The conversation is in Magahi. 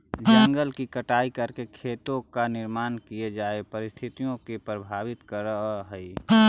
जंगलों की कटाई करके खेतों का निर्माण किये जाए पारिस्थितिकी को प्रभावित करअ हई